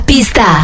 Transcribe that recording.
Pista